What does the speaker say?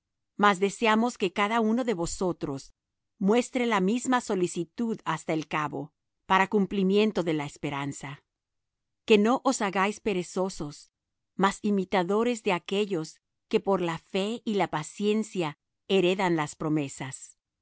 mas deseamos que cada uno de vosotros muestre la misma solicitud hasta el cabo para cumplimiento de la esperanza que no os hagáis perezosos mas imitadores de aquellos que por la fe y la paciencia heredan las promesas